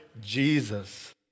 Jesus